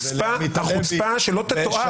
החוצפה שלא תתואר.